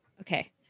Okay